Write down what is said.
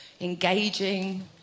engaging